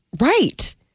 Right